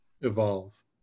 evolve